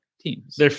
teams